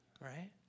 right